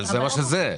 אבל זה מה שזה.